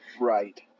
Right